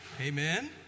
Amen